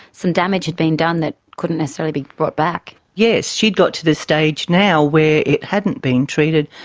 some damage had been done that couldn't necessarily be brought back. yes, she'd got to the stage now where it hadn't been treated.